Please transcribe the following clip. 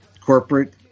corporate